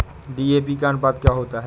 DAP का अनुपात क्या होता है?